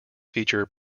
feature